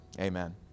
Amen